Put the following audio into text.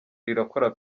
rirakora